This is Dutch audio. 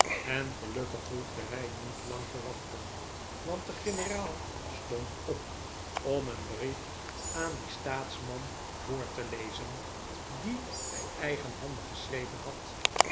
en gelukkig hoefde hij niet lang te wachten want de generaal stond op om een brief aan dien staatsman vpor te lezen dien hij eigenhandig geschreven had